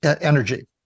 energy